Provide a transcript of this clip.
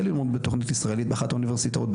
ללמוד בתכנית ישראלית באחת האוניברסיטאות,